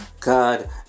God